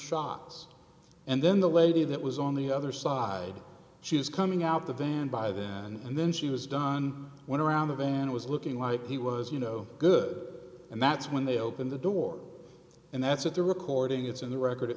shots and then the lady that was on the other side she was coming out of the van by then and then she was done went around the van and was looking like he was you know good and that's when they opened the door and that's it the recording it's in the record